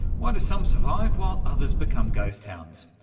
why do some survive while others become ghost towns?